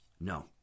no